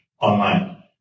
online